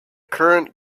current